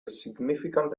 significant